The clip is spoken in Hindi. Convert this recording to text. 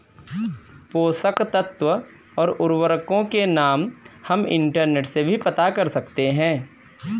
पोषक तत्व और उर्वरकों के नाम हम इंटरनेट से भी पता कर सकते हैं